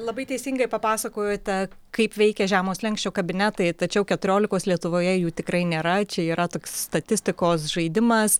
labai teisingai papasakojote kaip veikia žemo slenksčio kabinetai tačiau keturiolikos lietuvoje jų tikrai nėra čia yra toks statistikos žaidimas